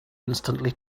instantly